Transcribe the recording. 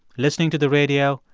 listening to the radio,